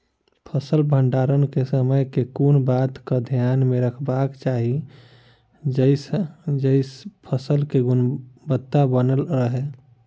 फसल भण्डारण केँ समय केँ कुन बात कऽ ध्यान मे रखबाक चाहि जयसँ फसल केँ गुणवता बनल रहै?